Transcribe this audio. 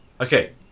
okay